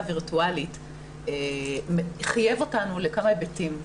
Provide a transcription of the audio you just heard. וירטואלית חייב אותנו לכמה היבטים.